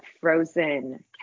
frozen